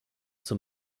zum